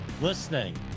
Listening